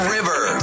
River